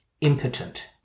Impotent